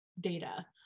data